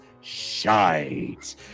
shite